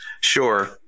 Sure